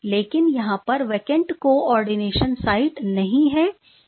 लेकिन यहां पर वेकेंट कोआर्डिनेशन साइट नहीं है